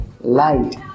light